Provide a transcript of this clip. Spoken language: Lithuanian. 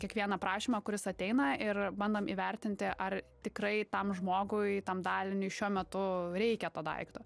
kiekvieną prašymą kuris ateina ir bandom įvertinti ar tikrai tam žmogui tam daliniui šiuo metu reikia to daikto